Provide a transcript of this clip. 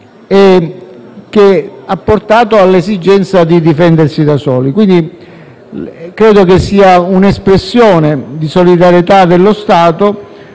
che ha portato all'esigenza di difendersi da soli. Credo, quindi, che sia un'espressione di solidarietà dello Stato